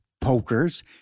pokers